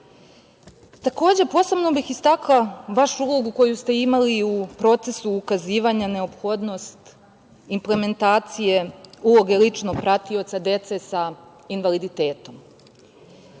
prava. Posebno bih istakla vašu ulogu koju ste imali u procesu ukazivanja na neophodnost implementacije uloge ličnog pratioca dece sa invaliditetom,